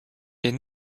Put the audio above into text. est